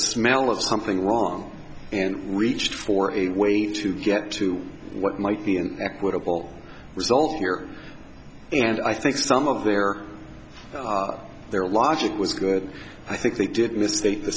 smell of something wrong and reached for a way to get to what might be an equitable result here and i think some of their their logic was good i think they did mistake the